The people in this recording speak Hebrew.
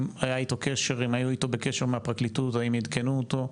היו איתו בקשר מהפרקליטות או האם עדכנו אותו?